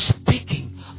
Speaking